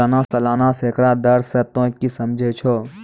सलाना सैकड़ा दर से तोंय की समझै छौं